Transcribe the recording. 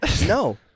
No